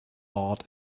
awed